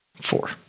Four